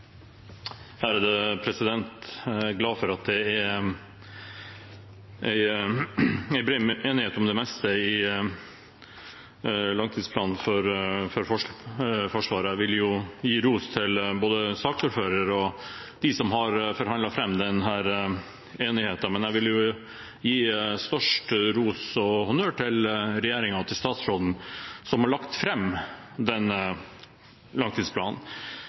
enighet om det meste i langtidsplanen for Forsvaret. Jeg vil gi ros både til saksordføreren og dem som har forhandlet fram denne enigheten, men jeg vil gi størst ros og honnør til regjeringen og statsråden som har lagt fram denne langtidsplanen.